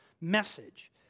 message